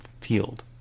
field